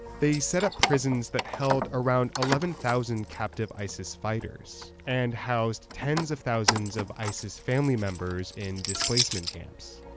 they set up prisons that held around eleven thousand captive isis fighters and housed tens of thousands of isis family members in displacement camps.